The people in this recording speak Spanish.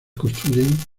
construyeron